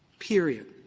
period,